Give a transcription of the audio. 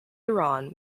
iran